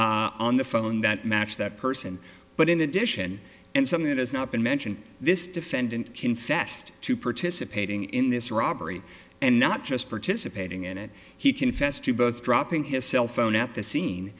pictures on the phone that matched that person but in addition and something that has not been mentioned this defendant confessed to participating in this robbery and not just participating in it he confessed to both dropping his cell phone at the scene